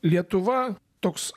lietuva toks